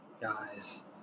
guys